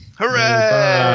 Hooray